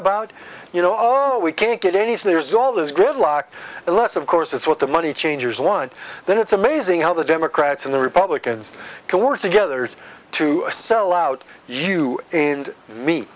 about you know all we can't get anything there's all this gridlock unless of course it's what the money changers want then it's amazing how the democrats and the republicans can work together to sell out you and me